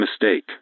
mistake